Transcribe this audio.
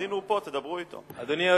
אז הנה הוא פה, תדברו אתו, החוקר המהולל.